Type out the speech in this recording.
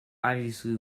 obviously